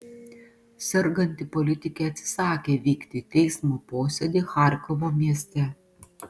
serganti politikė atsisakė vykti į teismo posėdį charkovo mieste